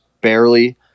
barely